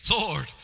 Lord